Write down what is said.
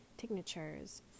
signatures